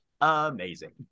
Amazing